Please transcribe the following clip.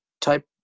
type